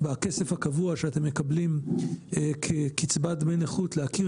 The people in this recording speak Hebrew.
והכסף הקבוע שאתם מקבלים כקצבת דמי נכות להכיר